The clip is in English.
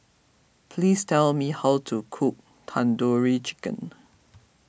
please tell me how to cook Tandoori Chicken